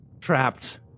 Trapped